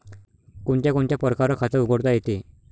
कोनच्या कोनच्या परकारं खात उघडता येते?